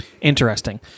Interesting